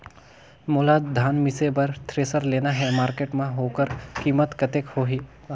मोला धान मिसे बर थ्रेसर लेना हे मार्केट मां होकर कीमत कतेक होही?